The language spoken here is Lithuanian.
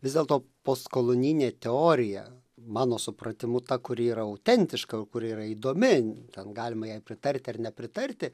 vis dėlto postkolonijinė teorija mano supratimu ta kuri yra autentiška kuri yra įdomi ten galima jai pritarti ar nepritarti